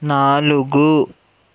నాలుగు